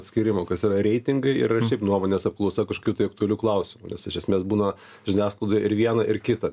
atskyrimo kas yra reitingai ir šiaip nuomonės apklausa kažkokių tai aktualių klausimų nes iš esmės būna žiniasklaidoj ir viena ir kita